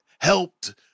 helped